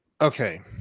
okay